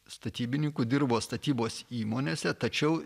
statybininkų dirbo statybos įmonėse tačiau